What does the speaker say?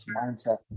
mindset